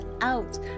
out